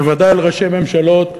בוודאי אל ראשי ממשלות,